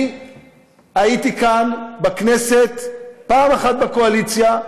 אני הייתי כאן בכנסת פעם אחת בקואליציה,